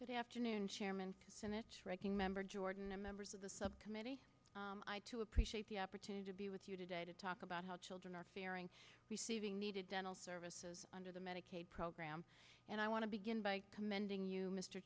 good afternoon chairman and its ranking member jordan and members of the subcommittee i too appreciate the opportunity to be with you today to talk about how children are fearing receiving needed dental services under the medicaid program and i want to begin by commending you mr